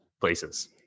places